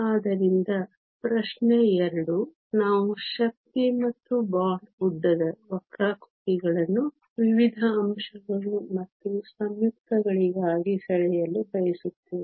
ಆದ್ದರಿಂದ ಪ್ರಶ್ನೆ 2 ನಾವು ಶಕ್ತಿ ಮತ್ತು ಬಾಂಡ್ ಉದ್ದದ ವಕ್ರಾಕೃತಿಗಳನ್ನು ವಿವಿಧ ಅಂಶಗಳು ಮತ್ತು ಸಂಯುಕ್ತಗಳಿಗಾಗಿ ಸೆಳೆಯಲು ಬಯಸುತ್ತೇವೆ